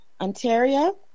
Ontario